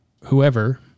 whoever